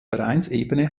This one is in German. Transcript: vereinsebene